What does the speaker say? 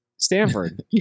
Stanford